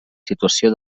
situació